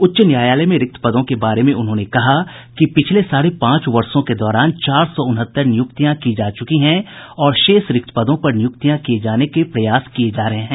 उच्च न्यायालय में रिक्त पदों के बारे में उन्होंने कहा कि पिछले साढ़े पांच वर्षो के दौरान चार सौ उनहत्तर नियुक्तियां की जा चुकी हैं और शेष रिक्त पदों पर नियुक्तियां किये जाने के प्रयास किये जा रहे हैं